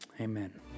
Amen